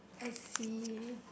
I see